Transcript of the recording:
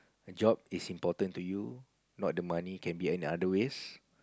a job is important to you not the money can be in other ways